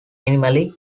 minimally